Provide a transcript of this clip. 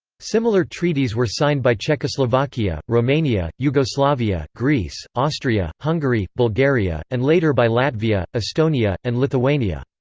similar treaties were signed by czechoslovakia, romania, yugoslavia, greece, austria, hungary, bulgaria, and later by latvia, estonia, and lithuania.